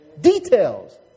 Details